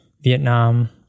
Vietnam